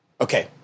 Okay